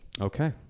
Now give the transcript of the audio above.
Okay